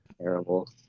Terrible